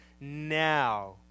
now